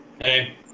Hey